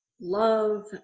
love